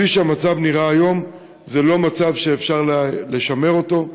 כפי שהמצב נראה היום, זה לא מצב שאפשר לשמר אותו.